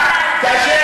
אחרי,